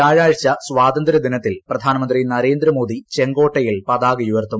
വ്യാഴാഴ്ച്ച സ്വാതന്ത്ര്യദിനത്തിൽ പ്രധാനമന്ത്രി നരേന്ദ്രമോദി ചെങ്കോട്ടയിൽ പതാക ഉയർത്തും